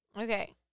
Okay